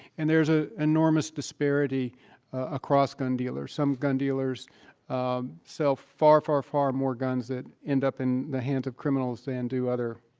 and there's an ah enormous disparity across gun dealers. some gun dealers um sell far, far, far more guns that end up in the hands of criminals than do other